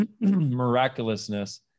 miraculousness